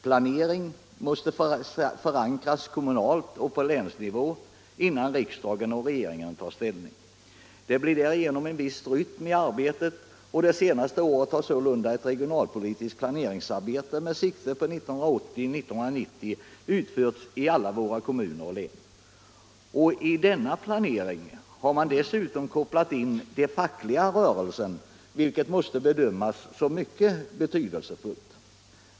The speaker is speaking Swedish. Planering måste förankras kommunalt och på länsnivå innan riksdag och regering tar ställning. Det blir därigenom en viss rytm i arbetet, och det senaste året har sålunda ett regionalpolitiskt planeringsarbete med sikte på 1980-1990 utförts i alla våra kommuner och län. I denna planering har man nu kopplat in den fackliga rörelsen, vilket måste bedömas som mycket betydelsefullt.